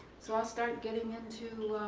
so i started getting into